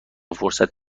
فرصت